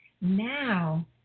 Now